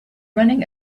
running